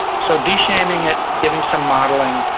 so de-shaming it, giving some modeling,